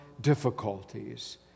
difficulties